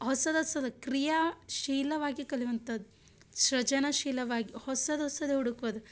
ಹೊಸದೊಸದು ಕ್ರಿಯಾಶೀಲವಾಗಿ ಕಲಿಯುವಂಥದ್ದು ಸೃಜನಶೀಲವಾಗಿ ಹೊಸದು ಹೊಸದು ಹುಡುಕುವುದು